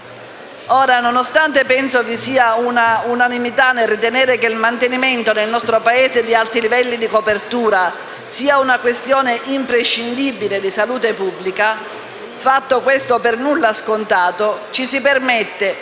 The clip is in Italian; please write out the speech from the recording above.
Ora, nonostante penso vi sia unanimità nel ritenere che il mantenimento nel nostro Paese di alti livelli di copertura sia una questione imprescindibile di salute pubblica (un fatto per nulla scontato), ci si permette,